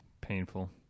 Painful